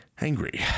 angry